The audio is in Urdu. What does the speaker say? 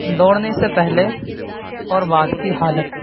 دوڑنے سے پہلے اور بعد کی حالت